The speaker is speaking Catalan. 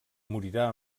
morirà